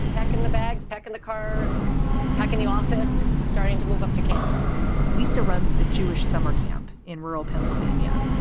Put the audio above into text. packing the bags, packing the car how can you office starting to move up to camp lisa runs a jewish summer camp in rural pennsylvania.